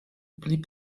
blieb